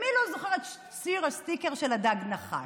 מי לא זוכר את שירת הסטיקר של הדג נחש?